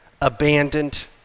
abandoned